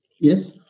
Yes